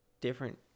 different